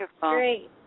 Great